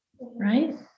right